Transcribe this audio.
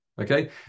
Okay